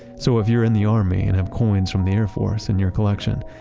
so if you're in the army and have coins from the air force in your collection,